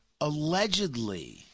allegedly